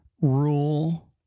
rule